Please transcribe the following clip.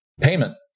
payment